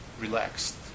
relaxed